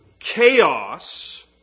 chaos